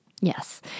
Yes